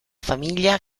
famiglia